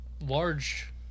large